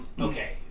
Okay